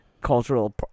cultural